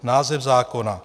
Název zákona.